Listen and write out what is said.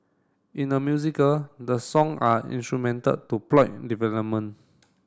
in a musical the song are instrumental to plot development